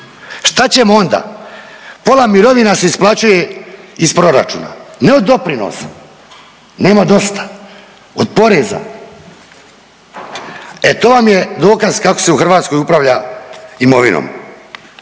Šta ćemo onda? Pola mirovina se isplaćuje iz proračuna, ne od doprinosa, nema dosta. Od poreza? E to vam je dokaz kako se u Hrvatskoj upravlja imovinom.